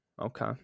okay